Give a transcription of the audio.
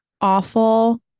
awful